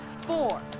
four